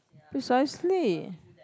precisely